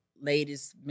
latest